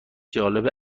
جالب